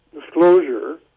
disclosure